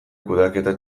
kudeaketa